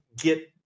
get